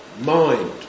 Mind